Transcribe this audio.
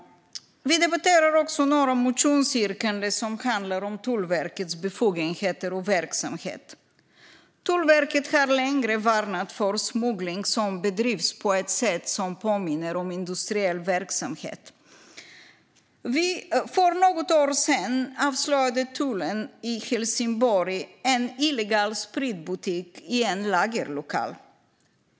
Vi debatterar också några motionsyrkanden som handlar om Tullverkets befogenheter och verksamhet. Tullverket har länge varnat för smuggling som bedrivs på ett sätt som påminner om industriell verksamhet. För något år sedan avslöjade tullen i Helsingborg en illegal spritbutik i en lagerlokal.